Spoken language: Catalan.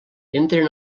entren